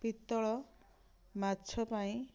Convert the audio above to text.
ପିତ୍ତଳ ମାଛ ପାଇଁ